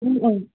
অঁ অঁ